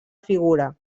figura